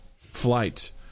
flight